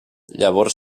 llavors